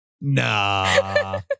Nah